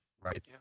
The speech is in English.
Right